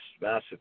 massive